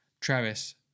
Travis